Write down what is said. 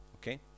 Okay